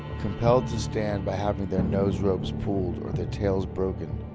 compelled to stand by having their nose ropes pulled or their tails broken,